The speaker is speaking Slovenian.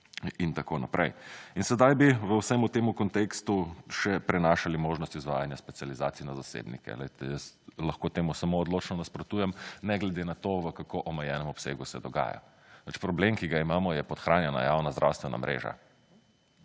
itn. In sedaj bi v vsemu temu kontekstu še prenašali možnost izvajanja specializacij na zasebnike. Poglejte, jaz lahko temu samo odločno nasprotujem, ne glede na to v kako omejenemu obsegu se dogaja. Pač problem, ki ga imamo je podhranjena javna zdravstvena mreža.